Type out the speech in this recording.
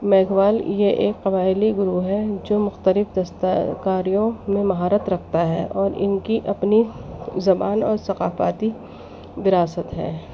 میگھوال یہ ایک قبائلی گروہ ہے جو مختلف دستکاریوں میں مہارت رکھتا ہے اور ان کی اپنی زبان اور ثقافاتی وراثت ہے